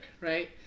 right